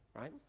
right